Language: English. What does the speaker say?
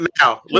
now